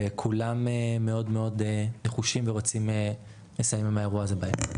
וכולם מאוד מאוד נחושים ורוצים לסיים עם האירוע הזה בהקדם.